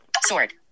sword